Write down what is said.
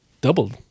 doubled